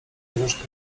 możesz